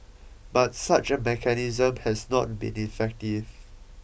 but such a mechanism has not been effective